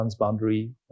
transboundary